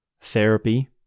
therapy